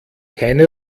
keine